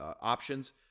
options